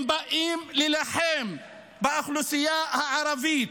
הם באים להילחם באוכלוסייה הערבית,